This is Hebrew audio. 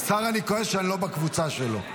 על השר אני כועס שאני לא בקבוצה שלו.